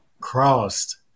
Crossed